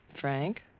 Frank